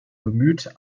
bemüht